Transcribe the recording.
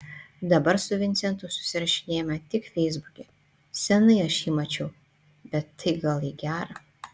dabar su vincentu susirašinėjame tik feisbuke seniai aš jį mačiau bet tai gal į gera